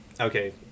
okay